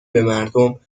بمردم